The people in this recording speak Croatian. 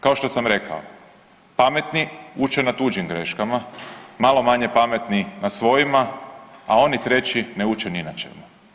Kao što sam rekao, pametni uče na tuđim greškama, malo manje pametni na svojima, a oni treći na učen ni na čemu.